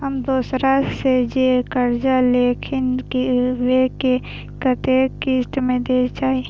हम दोसरा से जे कर्जा लेलखिन वे के कतेक किस्त में दे के चाही?